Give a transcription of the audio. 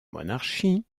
monarchie